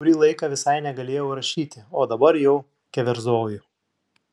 kurį laiką visai negalėjau rašyti o dabar jau keverzoju